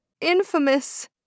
infamous